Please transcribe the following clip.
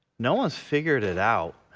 no one's figured it out.